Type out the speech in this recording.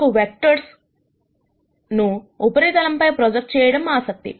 మాకు వెక్టర్స్ ను ఉపరితలంపై ప్రొజెక్ట్ చేయడం ఆసక్తి